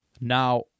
now